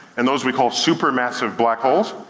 and those we call super massive black holes.